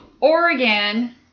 Oregon